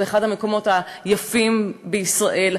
זה אחד המקומות היפים בישראל.